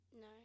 No